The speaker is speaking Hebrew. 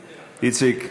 מוותר,